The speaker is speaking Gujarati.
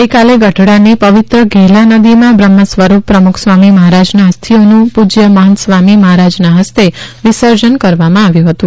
ગઈકાલે ગઢડાની પવિત્ર ઘેલા નદીમાં બ્રહ્મસ્વરૂપ પ્રમુખસ્વામી મહારાજના અસ્થિઓનું પૂજ્ય મહંત સ્વામી મહારાજના હસ્તે વિસર્જન કરવામાં આવ્યું હતું